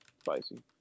spicy